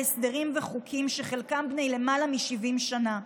הסדרים וחוקים שחלקם בני למעלה מ-70 שנה.